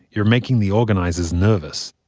you're making the organizers nervous,